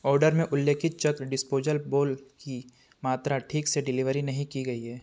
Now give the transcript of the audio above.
order में उल्लिखित Chuk disposal bowl की मात्रा ठीक से डिलीवरी नहीं की गई है